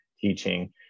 teaching